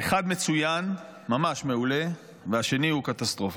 האחד מצוין, ממש מעולה, והשני הוא קטסטרופה.